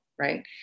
right